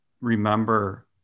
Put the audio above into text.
remember